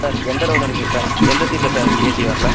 sir எந்த ரோவில் இருக்கீங்க சார் எந்த சீட்டில் சார் ஏசி வரல